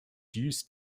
use